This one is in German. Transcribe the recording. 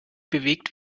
bewegt